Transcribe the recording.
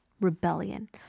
Rebellion